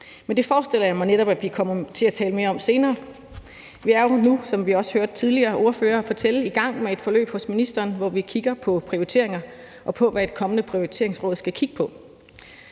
Men det forestiller jeg mig netop at vi kommer til at tale mere om senere. Vi er jo nu, som vi også har hørt tidligere ordførere fortælle, i gang med et forløb hos ministeren, hvor vi kigger på prioriteringer og på, hvad et kommende prioriteringsråd skal kigge på.